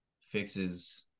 fixes